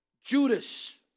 Judas